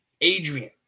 Adrian